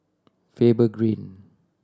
Faber Green